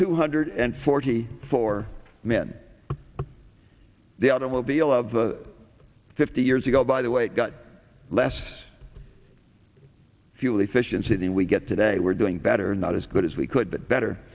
two hundred and forty four men the automobile of fifty years ago by the way less fuel efficiency than we get today we're doing better not as good as we could but better